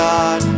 God